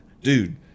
dude